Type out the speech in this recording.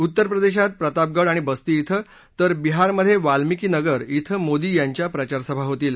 उत्तर प्रदेशात प्रतापगड आणि बस्ती कें तर बिहारमध्ये वाल्मिकी नगर कें मोदी यांच्या प्रचारसभा होतील